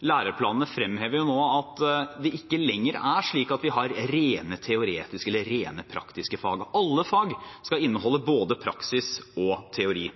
læreplanene nå fremhever at det ikke lenger er slik at vi har rent teoretiske eller rent praktiske fag. Alle fag skal inneholde både praksis og teori,